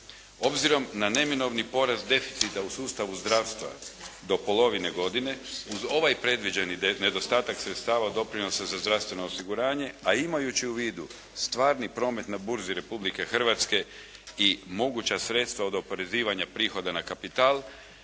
Obzirom na neminovni porast deficita u sustavu zdravstva do polovine godine uz ovaj predviđeni nedostatak sredstava od doprinosa za zdravstveno osiguranje a imajući u vidu stvarni promet na burzi Republike Hrvatske i moguća sredstva od oporezivanja prihoda na kapital